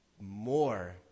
more